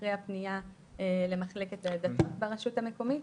אחרי הפנייה למחלקת דת ברשות המקומית.